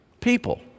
People